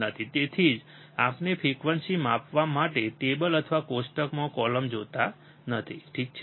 તેથી તેથી જ આપણે ફ્રીક્વન્સી માપવા માટે ટેબલ અથવા કોષ્ટકમાં કોલમ જોતા નથી ઠીક છે